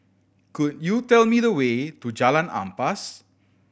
could you tell me the way to Jalan Ampas